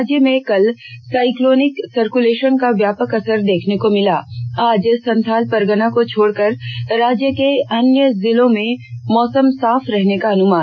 राज्य में कल साइक्लोनिक सर्कलेषन का व्यापक असर देखने को मिला आज संथाल परगना को छोडकर राज्य के अन्य जिलों मौसम साफ रहने का अनुमान